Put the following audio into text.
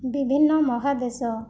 ବିଭିନ୍ନ ମହାଦେଶ